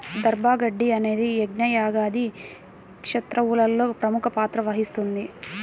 దర్భ గడ్డి అనేది యజ్ఞ, యాగాది క్రతువులలో ప్రముఖ పాత్ర వహిస్తుంది